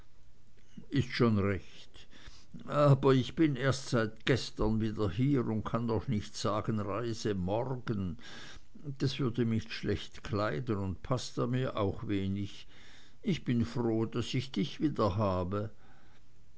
ist schon recht aber ich bin erst seit gestern wieder hier und kann doch nicht sagen reise morgen das würde mich schlecht kleiden und paßt mir auch wenig ich bin froh daß ich dich wiederhabe